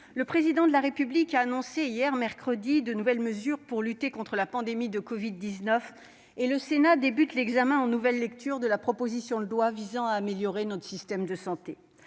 le Président de la République a annoncé de nouvelles mesures pour lutter contre la pandémie de covid-19. Aujourd'hui, le Sénat débute l'examen en nouvelle lecture de la proposition de loi visant à améliorer notre système de santé.